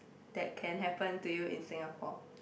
that can happen to you in Singapore